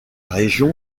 région